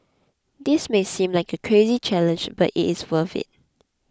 this may seem like a crazy challenge but it's worth it